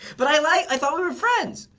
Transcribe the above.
but i like i thought we were friends!